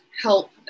help